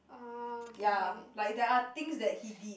ya like there are things that he did